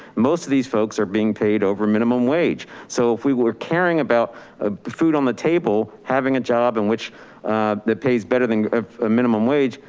most of these folks are being paid over minimum wage. so if we were caring about ah food on the table, having a job in which that pays better than a minimum wage,